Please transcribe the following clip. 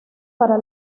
para